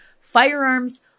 firearms